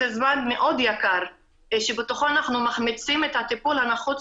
זה זמן מאוד יקר שבתוכו אנחנו מחמיצים את הטיפול הנחוץ